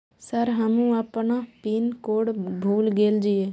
Sir हमू अपना pin code भूल गेल जीये?